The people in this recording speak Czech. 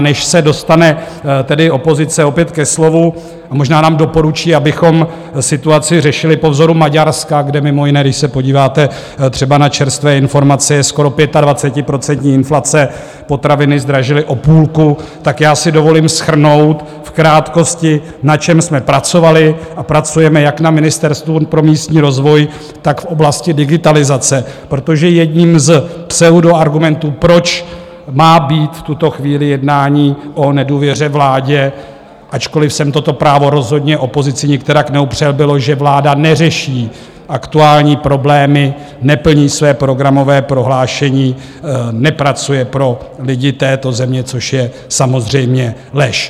Než se dostane tedy opozice opět ke slovu a možná nám doporučí, abychom situaci řešili po vzoru Maďarska kde mimo jiné, když se podíváte třeba na čerstvé informace, je skoro pětadvacetiprocentní inflace, potraviny zdražily o půlku tak si dovolím shrnout v krátkosti, na čem jsme pracovali a pracujeme jak na Ministerstvu pro místní rozvoj, tak v oblasti digitalizace, protože jedním z pseudoargumentů, proč má být v tuto chvíli jednání o nedůvěře vládě, ačkoliv jsem toto právo rozhodně opozici nikterak neupřel, bylo, že vláda neřeší aktuální problémy, neplní své programové prohlášení, nepracuje pro lidi této země, což je samozřejmě lež.